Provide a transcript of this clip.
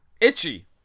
Itchy